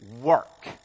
work